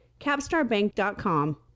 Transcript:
capstarbank.com